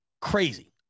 Crazy